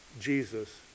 Jesus